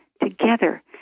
together